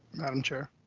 madam chair?